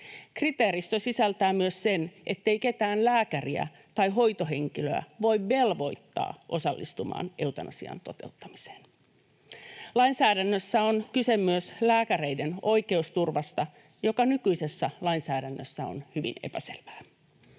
Kriteeristö sisältää myös sen, ettei ketään lääkäriä tai hoitohenkilöä voi velvoittaa osallistumaan eutanasian toteuttamiseen. Lainsäädännössä on kyse myös lääkäreiden oikeusturvasta, joka nykyisessä lainsäädännössä on hyvin epäselvä.